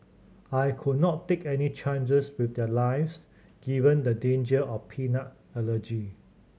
I could not take any chances with their lives given the danger of peanut allergy